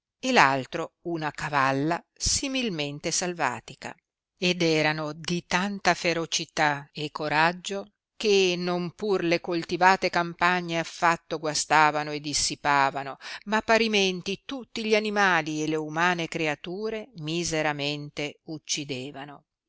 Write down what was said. e l altro una cavalla similmente salvatica ed erano di tanta ferocità e coraggio che non pur le coltivate campagne affatto guastavano e dissipavano ma parimenti tutti gli animali e le umane creature miseramente uccidevano